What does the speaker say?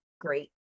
great